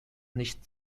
nicht